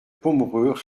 pomereux